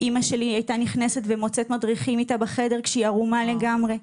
אמא שלי הייתה נכנסת ומוצאת מדריכים איתה בחדר כשהיא עירומה לגמרי.